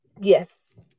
Yes